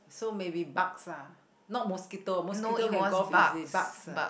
so maybe bugs lah not mosquito mosquito can go off easy bugs ah